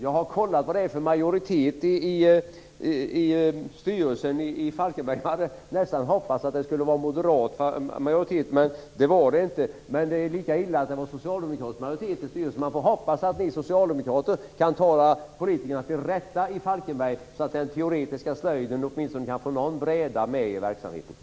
Jag har kollat vilka som har majoritet i styrelsen i Falkenberg. Jag hade nästan hoppats att det var moderat majoritet. Men det var det inte. Men det är lika illa att det är Socialdemokraterna som har majoritet i styrelsen. Jag får hoppas att ni socialdemokrater kan tala politikerna i Falkenberg till rätta, så att den teoretiska slöjden åtminstone kan få någon bräda med i verksamheten.